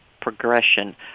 progression